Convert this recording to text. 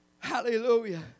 Hallelujah